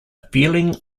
feeling